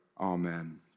Amen